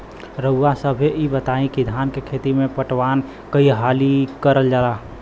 रउवा सभे इ बताईं की धान के खेती में पटवान कई हाली करल जाई?